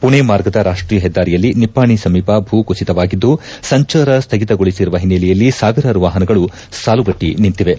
ಪುಣೆ ಮಾರ್ಗದ ರಾಷ್ಷೀಯ ಹೆದ್ದಾರಿಯಲ್ಲಿ ನಿಪ್ಪಾಣಿ ಸಮೀಪ ಭೂ ಕುಸಿತವಾಗಿದ್ದು ಸಂಚಾರ ಸ್ವಗಿತಗೊಳಿಸಿರುವ ಹಿನ್ನೆಲೆಯಲ್ಲಿ ಸಾವಿರಾರು ವಾಹನಗಳು ಸಾಲುಗಟ್ಟಿ ನಿಂತಿವೆ